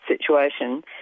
situation